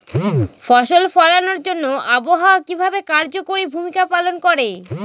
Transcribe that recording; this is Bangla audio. ফসল ফলানোর জন্য আবহাওয়া কিভাবে কার্যকরী ভূমিকা পালন করে?